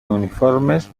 uniformes